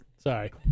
Sorry